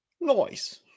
Noise